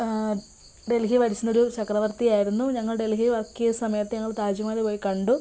ഡൽഹി ഭരിച്ചിരുന്നൊരു ചക്രവർത്തിയായിരുന്നു ഞങ്ങൾ ഡൽഹിയിൽ വർക്ക് ചെയ്ത സമയത്ത് ഞങ്ങൾ താജ്മഹല് പോയി കണ്ടു